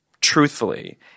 truthfully